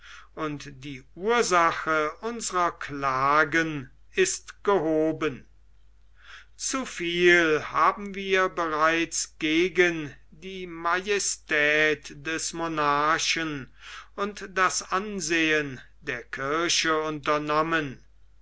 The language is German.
und die ursache unsrer klagen ist gehoben zu viel haben wir bereits gegen die majestät des monarchen und das ansehen der kirche unternommen